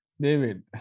David